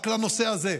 רק לנושא הזה,